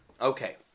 Okay